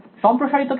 সম্প্রসারিত কেন